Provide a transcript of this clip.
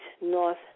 north